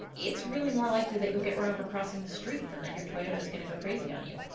it's really more likely that you'll get run over crossing the street than that your toyota is going to go crazy on you.